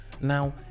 now